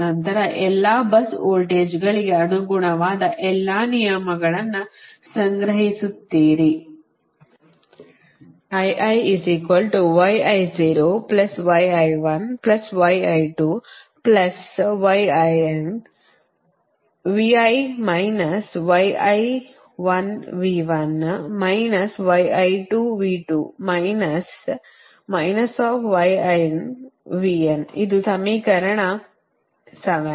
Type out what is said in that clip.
ನಂತರ ಎಲ್ಲಾ bus ವೋಲ್ಟೇಜ್ಗಳಿಗೆ ಅನುಗುಣವಾದ ಎಲ್ಲಾ ನಿಯಮಗಳನ್ನು ಸಂಗ್ರಹಿಸುತ್ತೀರಿ ಇದು ಸಮೀಕರಣ 7